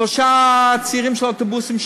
שלושה צירים של אוטובוסים,